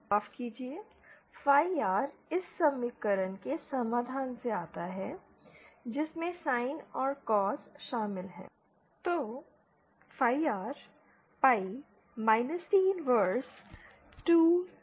LI 1Xc2 12 XC sin ∅ cos ∅ 2 LI 1 12 XC sin ∅ cos ∅ 0 Z0 cot rLvp 12rC माफ़ कीजिए phi R इस समीकरण के समाधान से आता है जिसमें Sin और Cos शामिल हैं